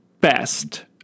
best